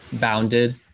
bounded